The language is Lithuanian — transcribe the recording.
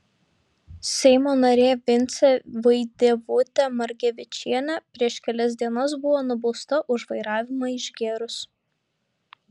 seimo narė vincė vaidevutė margevičienė prieš kelias dienas buvo nubausta už vairavimą išgėrus